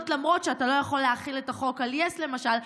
למרות שאתה לא יכול להחיל את החוק על יס למשל,